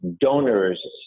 donors